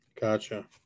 Gotcha